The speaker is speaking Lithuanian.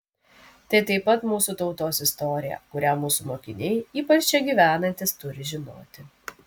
tai taip pat mūsų tautos istorija kurią mūsų mokiniai ypač čia gyvenantys turi žinoti